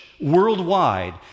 worldwide